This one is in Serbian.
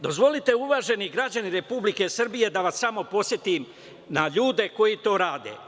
Dozvolite uvaženi građani Republike Srbije da vas samo podsetim na ljude koji to rade.